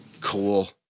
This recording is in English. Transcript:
Cool